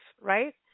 right